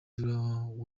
w’umupira